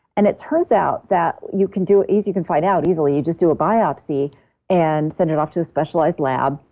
and it turns out that you can do is you can find out easily. you just do a biopsy and send it off to a specialized lab.